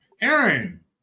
Aaron